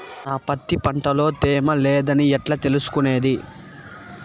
నా పత్తి పంట లో తేమ లేదని ఎట్లా తెలుసుకునేది?